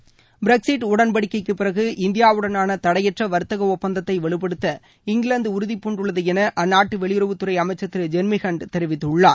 இருவரிச்செய்திகள் பிரெக்ஸிட் உடன்படிக்கைக்குப் பிறகு இந்தியாவுடனான தடையற்ற வர்த்தக ஒப்பந்தத்தை வலுப்படுத்த இங்கிலாந்து உறுதிபூண்டுள்ளது என அந்நாட்டு வெளியுறவுத்துறை அமைச்சர் திரு ஜெர்மி ஹன்ட் தெரிவித்துள்ளார்